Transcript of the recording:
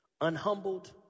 unhumbled